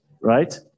right